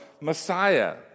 Messiah